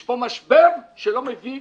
יש פה משבר שלא מביא